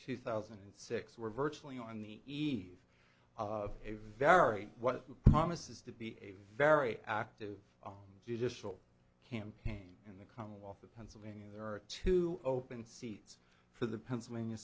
two thousand and six were virtually on the eve of a very what promises to be a very active judicial campaign in the commonwealth of pennsylvania there are two open seats for the pennsylvania